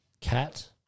Cat